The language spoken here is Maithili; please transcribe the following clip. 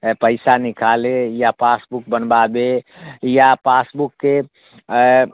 पैसा निकालै या पासबुक बनबाबै या पासबुकके